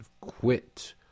quit